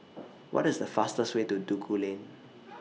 What IS The fastest Way to Duku Lane